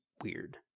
weird